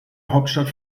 hauptstadt